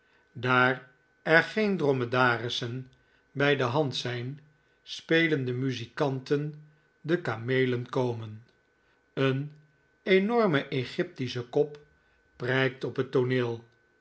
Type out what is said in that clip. daar er geen dromedarissen bij de hand zijn spelen de muzikanten de kameelen komen een enorme egyptische kop prijkt op het tooneel